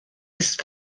ist